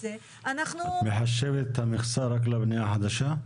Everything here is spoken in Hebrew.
זה --- מחשבת את המכסה רק לבנייה חדשה?